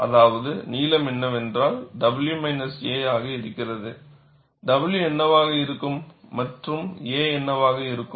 அதாவது நீளம் என்னவென்றால் w a ஆக இருக்கிறது w என்னவாக இருக்கும் மற்றும் a என்னவாக இருக்கும்